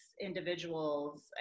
individuals